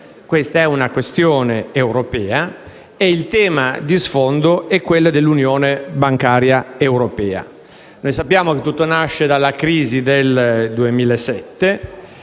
italiana, ma europea e il tema di fondo è quello dell'unione bancaria europea. Sappiamo che tutto nasce dalla crisi del 2007,